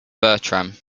bertram